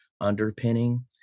underpinning